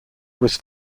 was